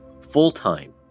full-time